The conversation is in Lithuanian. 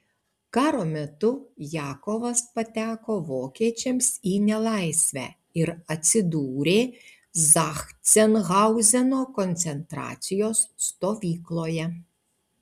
karo metu jakovas pateko vokiečiams į nelaisvę ir atsidūrė zachsenhauzeno koncentracijos stovykloje